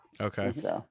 Okay